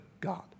God